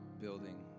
building